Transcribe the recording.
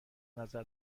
نظر